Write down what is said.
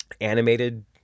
animated